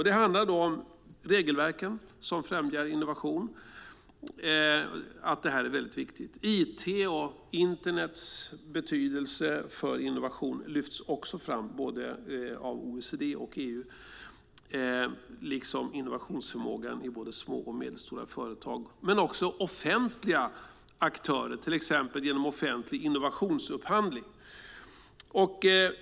Det handlar om regelverken som främjar innovation. Det är väldigt viktigt. It och internets betydelse för innovation lyfts också fram både av OECD och EU, liksom innovationsförmågan i både små och medelstora företag men också offentliga aktörer, till exempel genom offentlig innovationsupphandling.